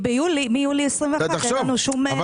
כי מיולי 2021 אין לנו שום פיצויים.